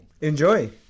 Enjoy